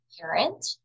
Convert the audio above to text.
parent